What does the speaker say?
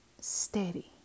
steady